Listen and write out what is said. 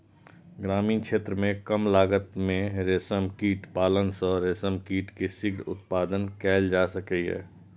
ग्रामीण क्षेत्र मे कम लागत मे रेशम कीट पालन सं रेशम कीट के शीघ्र उत्पादन कैल जा सकैए